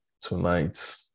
tonight